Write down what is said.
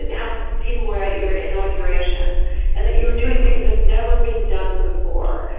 and how people were at your inauguration and that you were doing things have never been done before,